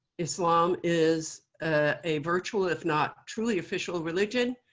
islam is ah a virtual, if not truly official religion.